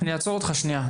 אני אעצור אותך שניה.